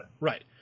Right